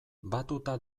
batuta